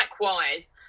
Likewise